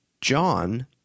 John